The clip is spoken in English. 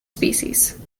species